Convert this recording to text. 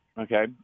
Okay